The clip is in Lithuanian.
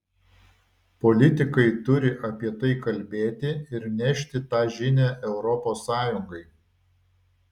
politikai turi apie tai kalbėti ir nešti tą žinią europos sąjungai